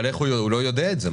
אבל הוא לא יודע את זה.